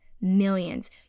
millions